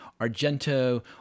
Argento